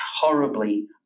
horribly